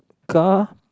car